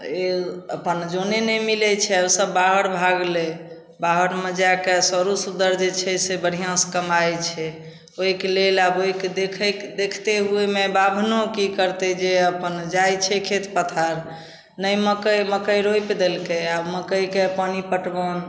अपन जने नहि मिलै छै ओसब बाहर भागलै बाहरमे जाकऽ सरो शुद्दर जे छै से बढ़िआँसँ कमाइ छै ओहिके लेल आब ओहिके देखैक देखते हुएमे बाभनो कि करतै जे अपन जाइ छै खेत पथार नहि मकइ मकइ रोपि देलकै आओर मकइके पानी पटवन